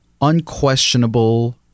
unquestionable